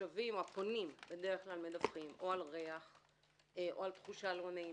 התושבים או הפונים מדווחים בדרך כלל או על ריח או על תחושה לא נעימה.